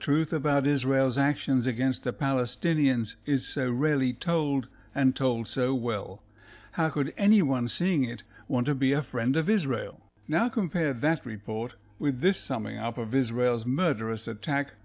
truth about israel's actions against the palestinians is so rarely told and told so well how could anyone seeing it want to be a friend of israel now compare that report with this summing up of israel's murderous attack